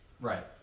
Right